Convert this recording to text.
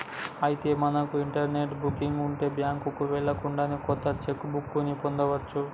అయితే మనకు internet booking ఉంటే బ్యాంకుకు వెళ్ళకుండానే కొత్త చెక్ బుక్ ని పొందవచ్చు